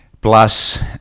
Plus